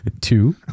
two